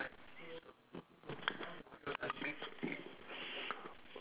mmhmm